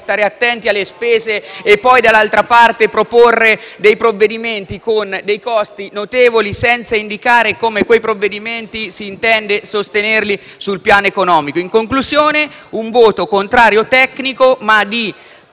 stare attenti alle spese, e poi, dall'altra parte, proporre dei provvedimenti con dei costi notevoli, senza indicare come quei provvedimenti si intenda sostenerli sul piano economico. In conclusione, esprimo un voto contrario tecnico, ma di